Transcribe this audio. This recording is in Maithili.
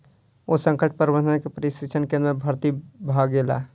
ओ संकट प्रबंधन के प्रशिक्षण केंद्र में भर्ती भ गेला